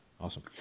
Awesome